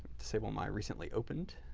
disable my recently opened,